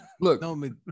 look